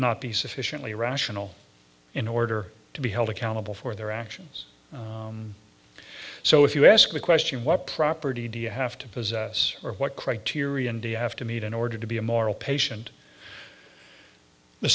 not be sufficiently rational in order to be held accountable for their actions so if you ask the question what property do you have to possess or what criterion do you have to meet in order to be a moral patient